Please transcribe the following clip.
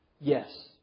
Yes